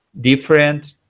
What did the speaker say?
different